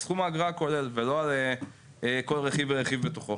על סכום האגרה הכולל ולא על כל רכיב ורכיב בתוכו.